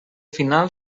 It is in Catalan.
final